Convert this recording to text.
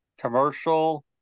commercial